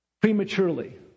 prematurely